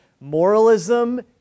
moralism